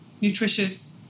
nutritious